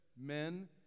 men